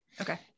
Okay